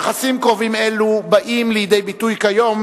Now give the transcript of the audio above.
יחסים קרובים אלו באים לידי ביטוי כיום